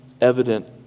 evident